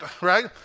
right